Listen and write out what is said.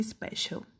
Special